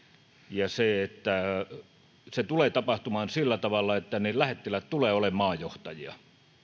se tulee tapahtumaan sillä tavalla että lähettiläät tulevat olemaan maajohtajia